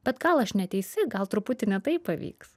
bet gal aš neteisi gal truputį ne taip pavyks